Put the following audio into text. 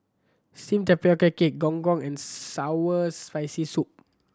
steamed tapioca cake Gong Gong and sour Spicy Soup